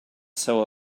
sew